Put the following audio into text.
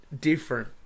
different